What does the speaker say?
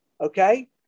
okay